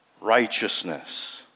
righteousness